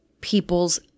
people's